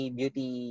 beauty